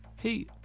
Hey